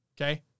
okay